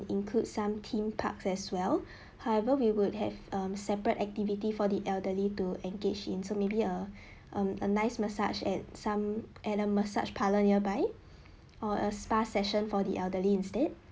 include some theme park as well however we would have um separate activity for the elderly to engaged in so maybe a um a nice massage at some at a massage parlor nearby or a spa session for the elderly instead